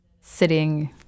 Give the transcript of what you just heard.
sitting